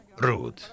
rude